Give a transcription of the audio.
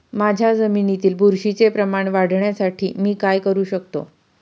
माझ्या जमिनीत बुरशीचे प्रमाण वाढवण्यासाठी मी काय करू शकतो?